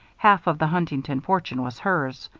half of the huntington fortune was hers.